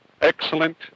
excellent